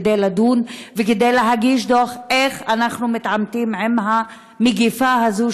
כדי לדון וכדי להגיש דוח איך אנחנו מתעמתים עם המגפה הזאת,